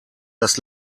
das